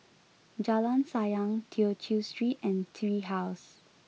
Jalan Sayang Tew Chew Street and Tree House